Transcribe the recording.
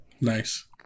Nice